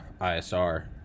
ISR